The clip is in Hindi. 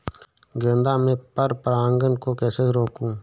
गेंदा में पर परागन को कैसे रोकुं?